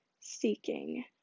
seeking